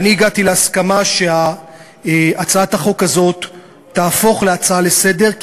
והגעתי להסכמה שהצעת החוק הזאת תהפוך להצעה לסדר-היום,